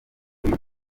uyu